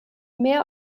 mehr